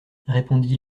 répondit